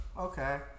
okay